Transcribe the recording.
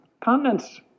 continents